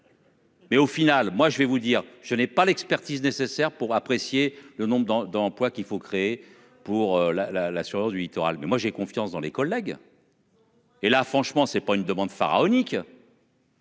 Mais au final, moi je vais vous dire, je n'ai pas l'expertise nécessaire pour apprécier le nombre d'en d'emploi qu'il faut créer pour la la la surveillance du littoral mais moi j'ai confiance dans les collègues.-- Et là franchement c'est pas une demande pharaonique.